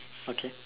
okay